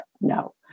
no